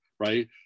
Right